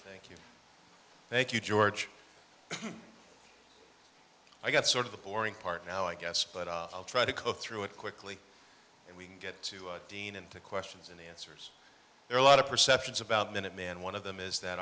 thank you thank you george i got sort of the boring part now i guess but i'll try to comb through it quickly and we can get to dean and to questions and answers there are a lot of perceptions about minuteman one of them is that